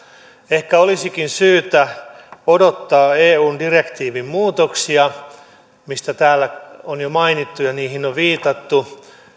ehkä olisikin syytä odottaa eun direktiivimuutoksia mistä täällä on jo mainittu ja mihin on viitattu